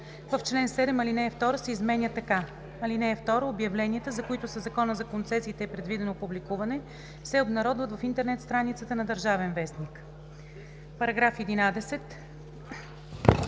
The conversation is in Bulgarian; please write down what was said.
в чл. 7 ал. 2 се изменя така: „(2) Обявленията, за които със Закона за концесиите е предвидено публикуване, се обнародват в интернет страницата на „Държавен вестник“.“ Уважаеми